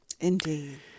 Indeed